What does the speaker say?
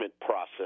process